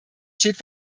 steht